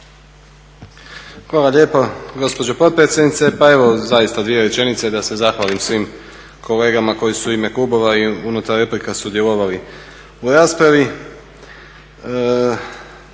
Hvala lijepa gospođo potpredsjednice. Pa evo, zaista dvije rečenice da se zahvalim svim kolegama koji su u ime klubova i unutar replika sudjelovali u raspravi.